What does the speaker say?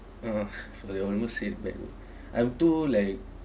uh sorry almost say it backwards I'm too like